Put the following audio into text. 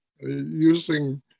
using